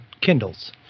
Kindles